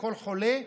לכל חולה,